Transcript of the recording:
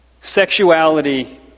sexuality